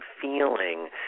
feeling